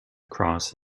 cross